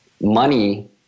money